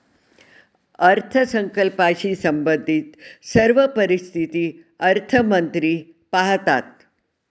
अर्थसंकल्पाशी संबंधित सर्व परिस्थिती अर्थमंत्री पाहतात